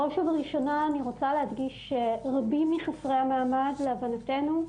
בראש ובראשונה אני רוצה להדגיש שרבים מחסרי המעמד להבנתנו,